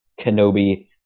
Kenobi